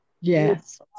Yes